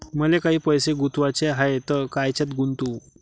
मले काही पैसे गुंतवाचे हाय तर कायच्यात गुंतवू?